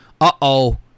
uh-oh